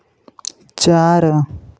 चार